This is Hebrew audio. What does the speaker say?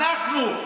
אנחנו,